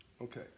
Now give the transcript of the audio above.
Okay